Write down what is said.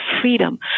freedom